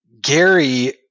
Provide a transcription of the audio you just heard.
Gary